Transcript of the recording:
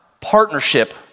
partnership